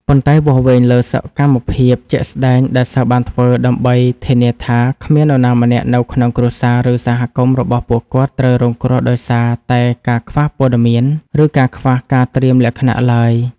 ប៉ុន្តែវាស់វែងលើសកម្មភាពជាក់ស្ដែងដែលសិស្សបានធ្វើ ដើម្បីធានាថាគ្មាននរណាម្នាក់នៅក្នុងគ្រួសារ ឬសហគមន៍របស់ពួកគាត់ត្រូវរងគ្រោះដោយសារតែការខ្វះព័ត៌មាន ឬការខ្វះការត្រៀមលក្ខណៈឡើយ។